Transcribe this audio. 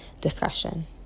discussion